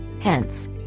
Hence